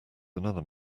another